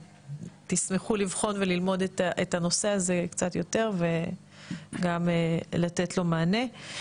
שתשמחו לבחון וללמוד את הנושא הזה קצת יותר וגם לתת לו מענה.